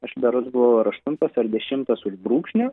aš berods buvo ar aštuntas ar dešimtas už brūkšnio